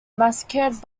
massacred